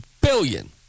billion